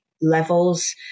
levels